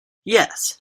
yes